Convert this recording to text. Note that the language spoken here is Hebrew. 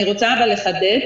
אני רוצה לחדד.